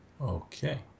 Okay